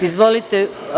Izvolite.